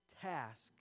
task